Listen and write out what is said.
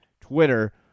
Twitter